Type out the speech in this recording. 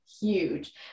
huge